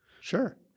Sure